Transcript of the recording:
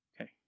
Okay